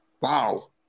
wow